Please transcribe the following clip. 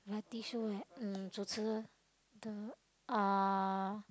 variety show at um the uh